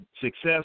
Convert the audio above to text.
success